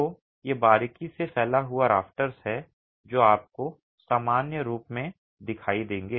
तो ये बारीकी से फैला हुआ राफ्टर्स हैं जो आपको सामान्य रूप से दिखाई देंगे